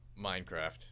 Minecraft